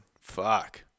fuck